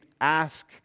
ask